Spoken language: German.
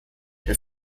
der